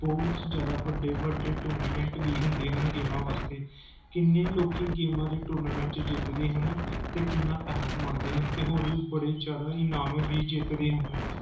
ਬਹੁਤ ਜ਼ਿਆਦਾ ਵੱਡੇ ਵੱਡੇ ਟੂਰਨਾਮੈਂਟ ਵੀ ਹੁੰਦੇ ਹਨ ਗੇਮਾਂ ਵਾਸਤੇ ਕਿੰਨੇ ਲੋਕ ਗੇਮਾਂ ਦੇ ਟੂਰਨਾਮੈਂਟ ਜਿੱਤਦੇ ਹਨ ਅਤੇ ਕਿੰਨਾ ਪੈਸਾ ਕਮਾਉਂਦੇ ਹਨ ਅਤੇ ਹੋਰ ਵੀ ਬੜੇ ਜ਼ਿਆਦਾ ਇਨਾਮ ਵੀ ਜਿੱਤਦੇ ਹਨ